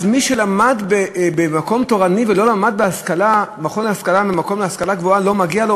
אז מי שלמד במקום תורני ולא למד במכון להשכלה גבוהה לא מגיע לו?